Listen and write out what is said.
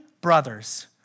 brothers